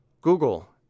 Google